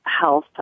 health